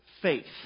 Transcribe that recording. faith